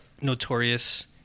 notorious